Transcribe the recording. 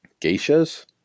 Geishas